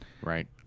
Right